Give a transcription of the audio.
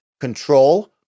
Control